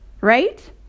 Right